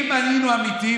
אם היינו אמיתיים,